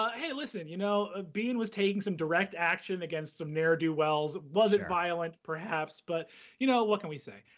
ah hey, listen, you know ah bean was taking some direct action against some ne'er-do-well, wasn't violent perhaps, but you know what can we say?